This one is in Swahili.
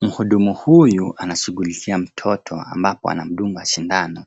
Mhudumu huyu anashughulikia mtoto ambapo anamdunga sindano.